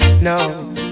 no